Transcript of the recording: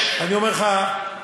אני אומר לך,